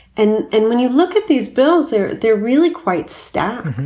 and and when you look at these bills, they're they're really quite stark.